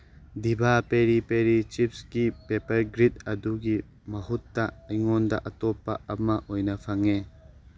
ꯗꯤꯚꯥ peri peri ꯆꯤꯞꯁꯒꯤ ꯄꯦꯄꯔꯒ꯭ꯔꯤꯠ ꯑꯗꯨꯒꯤ ꯃꯍꯨꯠꯇ ꯑꯩꯉꯣꯟꯗ ꯑꯇꯣꯞꯄ ꯑꯃ ꯑꯣꯏꯅ ꯐꯪꯉꯦ